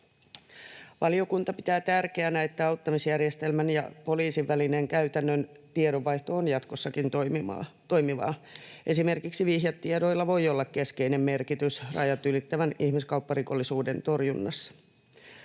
Valiokunta pitää tärkeänä, että auttamisjärjestelmän ja poliisin välinen käytännön tiedonvaihto on jatkossakin toimivaa. Esimerkiksi vihjetiedoilla voi olla keskeinen merkitys rajat ylittävän ihmiskaupparikollisuuden torjunnassa.